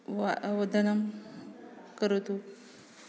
व वदनं करोतु